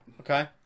Okay